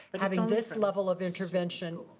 but having this level of intervention,